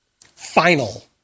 final